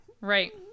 Right